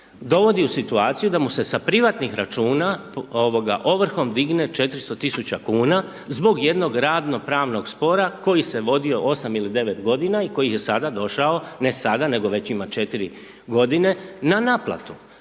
dovodi u situaciju da mu se sa privatnih računa, ovoga, ovrhom digne 400.000,00 kuna zbog jednog radno-pravnog spora koji se vodio osam ili devet godina, i koji je sada došao, ne sada, nego već ima četiri godine, na naplatu.